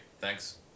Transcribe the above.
Thanks